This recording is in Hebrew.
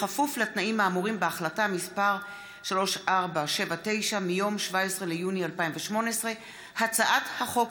בכפוף לתנאים האמורים בהחלטה מס' 3479 מיום 17 ביוני 2018. 2. הצעת החוק